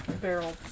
barrel